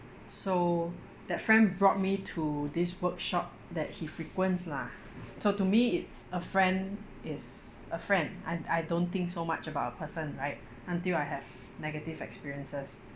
so that friend brought me to this workshop that he frequents lah so to me it's a friend is a friend I I don't think so much about a person right until I have negative experiences